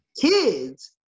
Kids